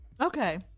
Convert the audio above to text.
Okay